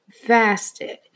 fasted